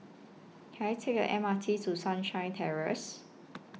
Can I Take A M R T to Sunshine Terrace